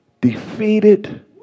defeated